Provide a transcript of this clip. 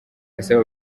asaba